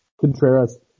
Contreras